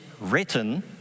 written